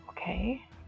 Okay